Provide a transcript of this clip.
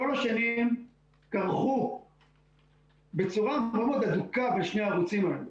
כל השנים כרכו בצורה מאוד הדוקה בין שני הערוצים האלו.